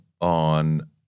on